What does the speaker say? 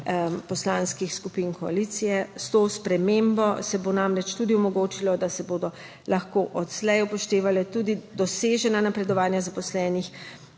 poslanskih skupin koalicije. S to spremembo se bo namreč tudi omogočilo, da se bodo lahko odslej upoštevala tudi dosežena napredovanja zaposlenih,